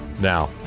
now